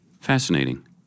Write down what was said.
Fascinating